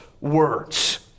words